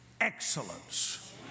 excellence